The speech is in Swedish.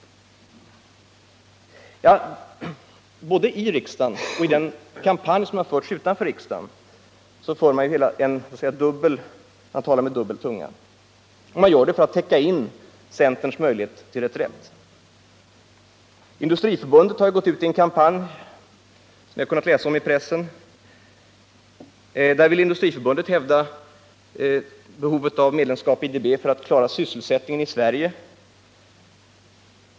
Både i riksdagen och i den kampanj som har förts utanför riksdagen talar man med dubbel tunga. Och man gör det för att möjliggöra en reträtt för centern. Industriförbundet har gått ut i en kampanj som vi har kunnat läsa om i pressen. Industriförbundet hävdar att medlemskap i IDB behövs för att klara sysselsättningen i Sverige.